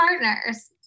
partners